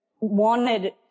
wanted